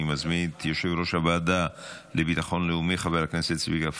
אני מזמין את יושב-ראש הוועדה לביטחון לאומי חבר הכנסת צביקה פוגל,